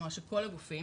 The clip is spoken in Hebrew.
כלומר של כל הגופים.